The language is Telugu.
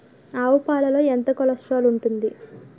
ఆవు పాలలో ఎంత కొలెస్ట్రాల్ ఉంటుంది?